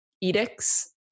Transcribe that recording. edicts